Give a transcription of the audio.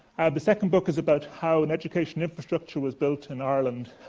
the second book is about how education infrastructure was built in ireland